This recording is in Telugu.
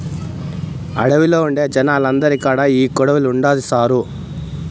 అడవిలో ఉండే జనాలందరి కాడా ఈ కొడవలి ఉండాది సారూ